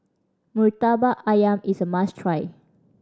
Murtabak Ayam is a must try